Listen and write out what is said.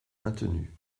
maintenue